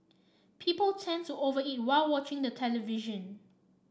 people tend to over eat while watching the television